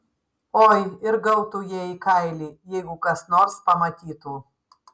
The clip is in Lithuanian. oi ir gautų jie į kailį jeigu kas nors pamatytų